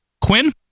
Quinn